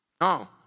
No